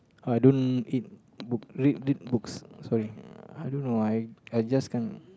I don't it book read read books sorry I don't know I I just can